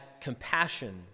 compassion